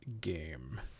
game